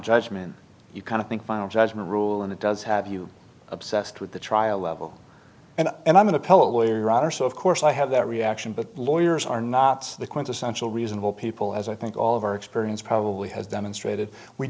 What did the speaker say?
judgment you kind of think final judgment rule and it does have you obsessed with the trial level and and i'm an appellate lawyer rather so of course i have that reaction but lawyers are not the quintessential reasonable people as i think all of our experience probably has demonstrated we